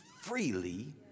freely